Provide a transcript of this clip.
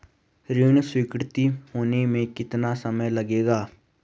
ऋण स्वीकृति होने में कितना समय लगेगा?